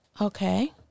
Okay